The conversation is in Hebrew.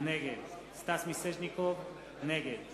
נגד סטס מיסז'ניקוב, נגד